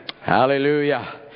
Hallelujah